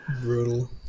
Brutal